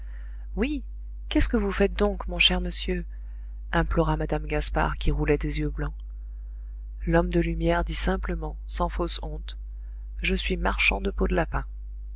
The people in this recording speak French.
oui qu'est-ce que vous faites donc mon cher monsieur implora mme gaspard qui roulait des yeux blancs l'homme de lumière dit simplement sans fausse honte je suis marchand de peaux de lapin